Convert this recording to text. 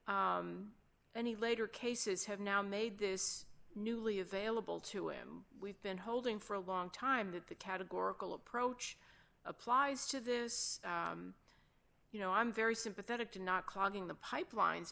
why any later cases have now made this newly available to him we've been holding for a long time that the categorical approach applies to this you know i'm very sympathetic to not clogging the pipeline